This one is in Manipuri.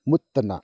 ꯃꯨꯠꯇꯅ